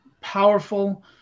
powerful